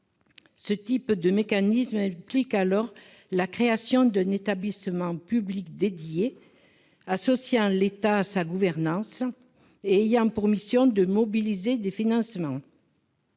Ce type de mécanisme implique alors la création d'un établissement public dédié, associant l'État à sa gouvernance et ayant pour mission de mobiliser des financements.